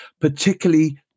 particularly